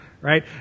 right